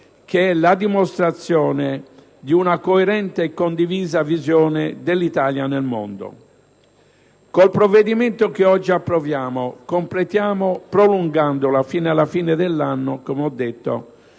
che è la dimostrazione di una coerente e condivisa visione dell'Italia nel mondo. Col provvedimento che oggi approviamo, completiamo, prolungandola fino alla fine dell'anno,